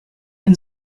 and